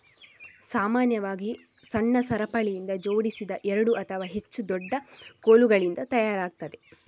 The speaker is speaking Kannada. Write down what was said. ಸಾಮಾನ್ಯವಾಗಿ ಸಣ್ಣ ಸರಪಳಿಯಿಂದ ಜೋಡಿಸಿದ ಎರಡು ಅಥವಾ ಹೆಚ್ಚು ದೊಡ್ಡ ಕೋಲುಗಳಿಂದ ತಯಾರಾಗ್ತದೆ